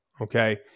Okay